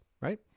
Right